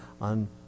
on